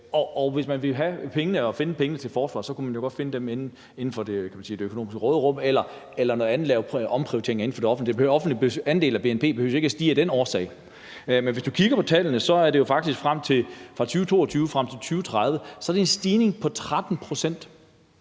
Og hvis man ville have pengene og finde pengene til forsvaret, kunne man jo godt finde dem inden for det økonomiske råderum eller noget andet ved at lave omprioriteringer inden for det offentlige. De offentlige udgifters andel af bnp behøver jo ikke at stige af den årsag. Hvis du kigger på tallene, er der jo faktisk fra 2022 frem til 2030 en stigning på 13 pct.